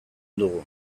dugu